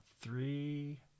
three